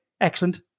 excellent